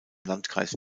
landkreis